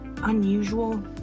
unusual